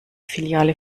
filiale